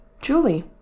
Julie